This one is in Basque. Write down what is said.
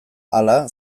hala